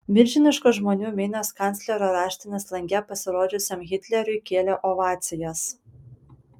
milžiniškos žmonių minios kanclerio raštinės lange pasirodžiusiam hitleriui kėlė ovacijas